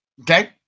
Okay